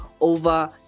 over